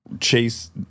chase